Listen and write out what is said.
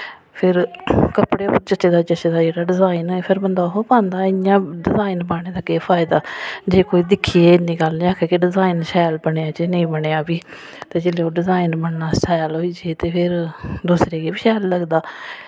फिर कपड़े उप्पर जचदा जचदा जेह्ड़ा डिजाइन ऐ फिर बंदा ओहो पांदा इ'यां डिजाइन पाने दा केह् फायदा जे कोई दिक्खियै इन्नी गल्ल निं आक्खै कि डिजाइन शैल बनेआ जा नेईं बनेआ भाई ते जिल्लै ओह् डिजाइन बनना शैल होई जे ते फिर दूसरे गी बी शैल लगदा